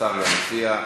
השר והמציעה.